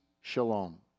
shalom